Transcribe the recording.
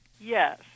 Yes